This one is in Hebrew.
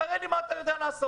תראה לי מה אתה יודע לעשות.